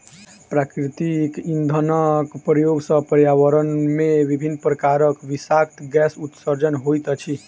प्राकृतिक इंधनक प्रयोग सॅ पर्यावरण मे विभिन्न प्रकारक विषाक्त गैसक उत्सर्जन होइत अछि